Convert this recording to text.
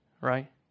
right